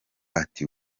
ati